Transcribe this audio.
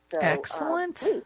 Excellent